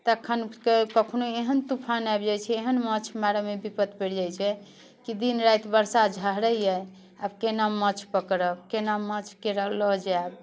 तखनके कखनो एहन तूफान आबि जाइत छै एहन माछ मारेमे विपति पड़ि जाइत छै कि दिन राति बरसा झहरैया आब केना माछ पकड़ब केना माछके लऽ जायब